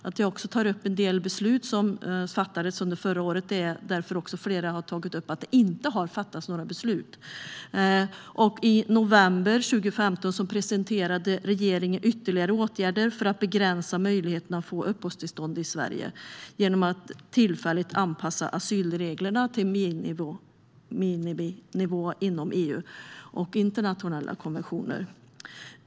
Att jag tar upp en del beslut som fattades under förra året är för att flera här har sagt att det inte har fattats några beslut. I november 2015 presenterade regeringen ytterligare åtgärder för att begränsa möjligheten att få uppehållstillstånd i Sverige genom att tillfälligt anpassa asylreglerna till miniminivån inom EU och internationella konventioner.